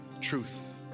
truth